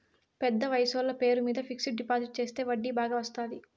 పెద్ద వయసోళ్ల పేరు మీద ఫిక్సడ్ డిపాజిట్ చెత్తే వడ్డీ బాగా వత్తాది